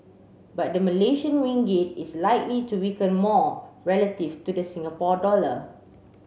but the Malaysian Ringgit is likely to weaken more relative to the Singapore dollar